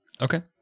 Okay